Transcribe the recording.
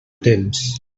temps